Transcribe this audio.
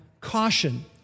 caution